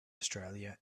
australia